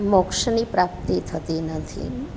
મોક્ષની પ્રાપ્તિ થતી નથી